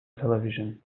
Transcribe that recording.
television